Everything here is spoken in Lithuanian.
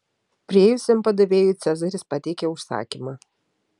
priėjusiam padavėjui cezaris pateikė užsakymą